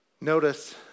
Notice